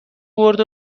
برد